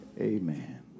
Amen